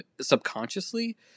subconsciously